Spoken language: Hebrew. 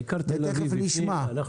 ומיד נשמע.